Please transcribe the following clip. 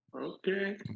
Okay